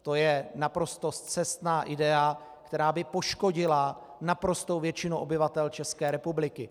To je naprosto scestná idea, která by poškodila naprostou většinu obyvatel České republiky.